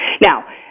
Now